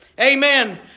Amen